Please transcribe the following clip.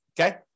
Okay